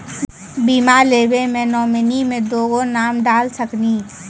बीमा लेवे मे नॉमिनी मे दुगो नाम डाल सकनी?